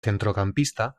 centrocampista